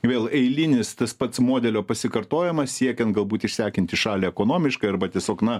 vėl eilinis tas pats modelio pasikartojamas siekiant galbūt išsekinti šalį ekonomiškai arba tiesiog na